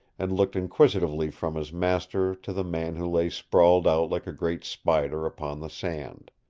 and looked inquisitively from his master to the man who lay sprawled out like a great spider upon the sand.